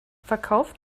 verkauft